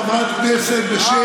והתגייסות הכלל למען העם,